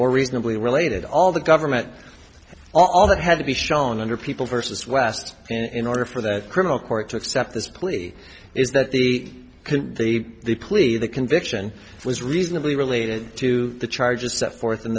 or reasonably related all the government all that had to be shown under people versus west in order for that criminal court to accept this plea is that the can they plead the conviction was reasonably related to the charges set forth in